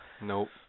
Nope